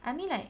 I mean like